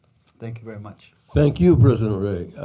thank you very much. thank you, president ray.